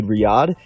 Riyadh